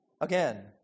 Again